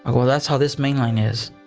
um ah that's how this mainline is.